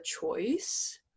choice